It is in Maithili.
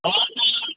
आउ ने